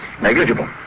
Negligible